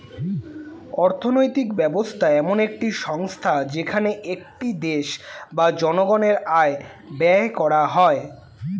অর্থনৈতিক ব্যবস্থা এমন একটি সংস্থা যেখানে একটি দেশ বা জনগণের আয় ব্যয় করা হয়